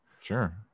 sure